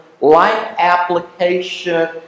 life-application